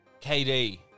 KD